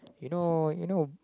you know you know